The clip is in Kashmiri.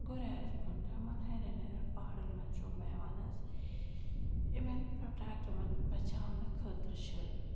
گُریایز کُن تمَن ہرٛٮ۪ن ہرٛٮ۪ن پہاڑَن منٛز چھُ اُم بہوان حظ یِمَن پرٛوٹیکٹ یِمَن بَچاونہٕ خٲطرٕ چھِ